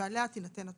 ועליה תינתן התוספת.